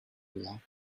laugh